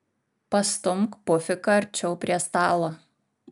pastumk pufiką arčiau prie stalo